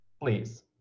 please